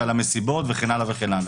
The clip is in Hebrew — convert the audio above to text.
על המסיבות וכן הלאה וכן הלאה.